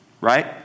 right